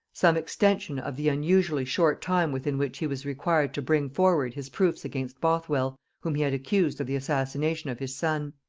some extension of the unusually short time within which he was required to bring forward his proofs against bothwell, whom he had accused of the assassination of his son.